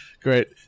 Great